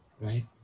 right